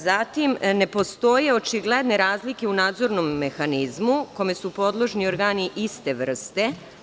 Ne postoje očigledne razlike u nadzornom mehanizmu kome su podložni organi iste vrste.